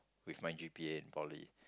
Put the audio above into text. with my g_p_a in Poly